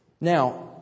Now